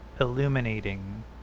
illuminating